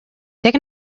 take